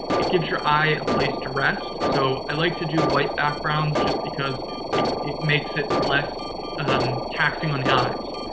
it gives your eye a place to rest. so, i like to do white backgrounds just because it it makes it less taxing on the eyes.